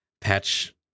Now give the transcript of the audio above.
patch